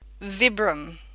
Vibram